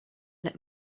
let